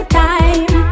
time